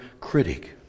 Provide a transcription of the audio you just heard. critic